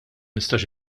nistax